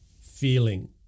feeling